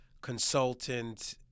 consultant